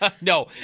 No